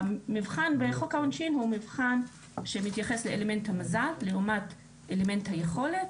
בחוק העונשין המבחן הוא מבחן שמתייחס לאלמנט המזל לעומת אלמנט היכולת,